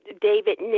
David